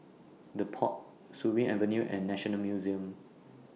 The Pod Surin Avenue and National Museum